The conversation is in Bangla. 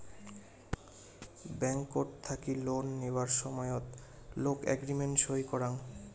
ব্যাংকট থাকি লোন নিবার সময়ত লোক এগ্রিমেন্ট সই করাং